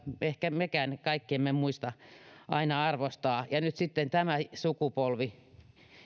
ehkä mekään kaikki emme muista aina arvostaa nyt sitten tämä sukupolvi